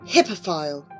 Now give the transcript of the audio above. Hippophile